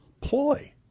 ploy